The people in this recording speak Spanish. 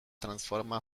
transforma